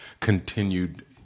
continued